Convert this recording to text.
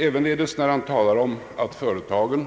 Ävenle des när statsrådet talar om att företagen